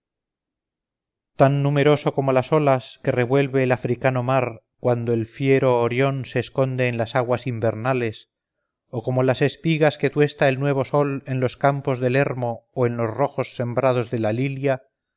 tan numeroso como las olas que revuelve el africano mar cuando el fiero orión se esconde en las aguas invernales o como las espigas que tuesta el nuevo sol en los campos del hermo o en los rojos sembrados de la lilia